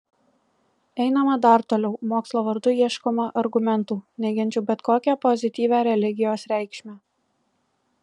einama dar toliau mokslo vardu ieškoma argumentų neigiančių bet kokią pozityvią religijos reikšmę